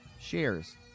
shares